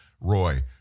Roy